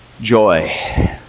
Joy